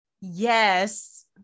Yes